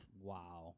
Wow